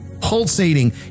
pulsating